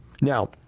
Now